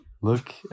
Look